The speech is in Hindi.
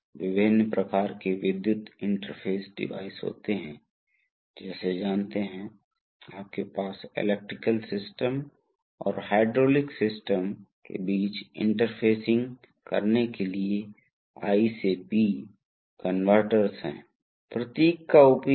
यही कारण है कि एक सर्वो एम्पलीफायर होगा और करेंट कनवर्टर के लिए एक वोल्टेज होगा इसलिए अंत में इस नियंत्रण वोल्टेज से जिसमें कोई शक्ति नहीं होती है आप कुछ करंट को चलाने जा रहे हैं यह धारा आनुपातिक सोलेनोइड पर लागू होगी इसलिए आनुपातिक सोलेनोइड की विशेषता ऐसी है कि किसी विशेष करंट पर यह एक विशेष बल बना सकती है इसलिए यदि यह एक विशेष बल बनाएँ